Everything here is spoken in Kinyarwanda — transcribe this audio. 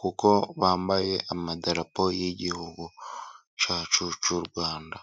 kuko bambaye amadarapo y'igihugu cyacu cy'u Rwanda.